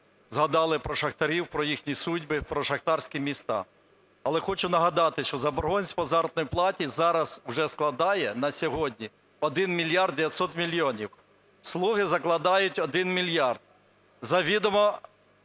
згадали про шахтарів, про їхні судьби, про шахтарські міста. Але хочу нагадати, що заборгованість по заробітній платі зараз вже складає на сьогодні один мільярд 900 мільйонів. "Слуги" закладають один мільярд,